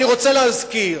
אני רוצה להזכיר,